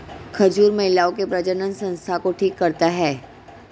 खजूर महिलाओं के प्रजननसंस्थान को ठीक करता है